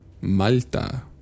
malta